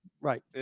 Right